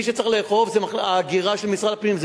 מי שצריך לאכוף זה ההגירה של משרד הפנים,